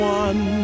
one